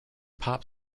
pop